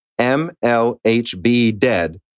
mlhbdead